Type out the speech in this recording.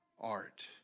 art